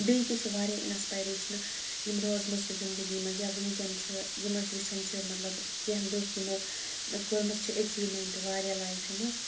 بیٚیہِ تہِ چھِ واریاہ اِنَسپایریشنہٕ یِم روزمَژٕ چھِ زندگی منٛز یا وٕنکٮ۪ن چھِ یِم أسۍ وٕچھَن چھِ مطلب کینٛہہ لُکھ یِمو کٔرمٕژ چھِ ایچیٖومینٛٹ واریاہ لایفہِ منٛز